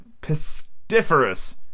pestiferous